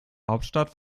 hauptstadt